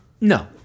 No